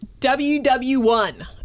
WW1